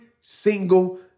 single